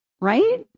Right